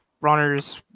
runners